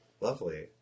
lovely